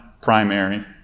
primary